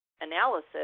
analysis